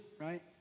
right